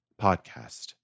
podcast